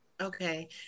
Okay